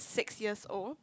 six years old